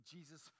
Jesus